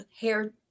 hair